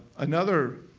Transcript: another